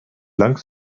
lang